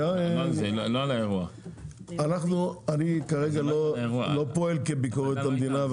אני כרגע לא פועל כביקורת המדינה.